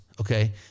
Okay